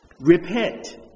Repent